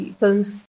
films